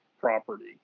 property